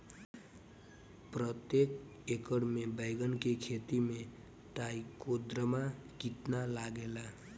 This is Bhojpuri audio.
प्रतेक एकर मे बैगन के खेती मे ट्राईकोद्रमा कितना लागेला?